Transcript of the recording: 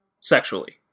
sexually